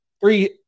three